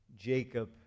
Jacob